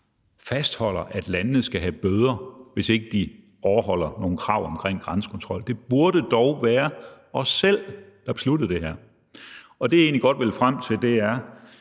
fastholder, at landene skal have bøder, hvis ikke de overholder nogle krav omkring grænsekontrol. Det burde dog være os selv, der besluttede det her. Det, jeg egentlig godt vil frem til, er: